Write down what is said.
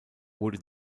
wurde